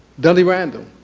dudley randall.